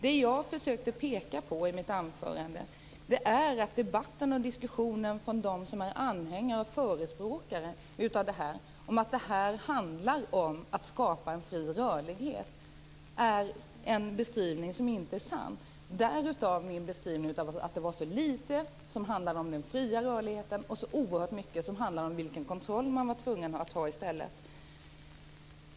Det som jag försökte peka på i mitt anförande var att debatten och diskussionen från dem som är anhängare och förespråkare av Schengensamarbetet handlar om att skapa en fri rörlighet är en beskrivning som inte är sann. Därav min beskrivning av att det är så litet som handlar om den fria rörligheten och så oerhört mycket som handlar om den kontroll som man är tvungen att ha i stället.